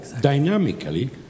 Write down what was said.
dynamically